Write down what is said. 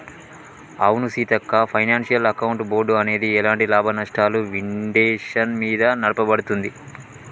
అవును Seethakka financial account board అనేది ఎలాంటి లాభనష్టాలు విండేషన్ మీద నడపబడుతుంది